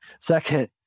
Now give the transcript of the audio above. Second